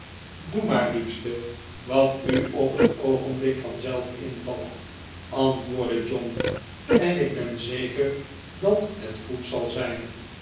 doe maar liefste wat u op het oogenblik vanzelf invalt antwoordde john en ik ben zeker dat het goed zal zijn